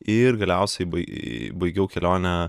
ir galiausiai bai baigiau kelionę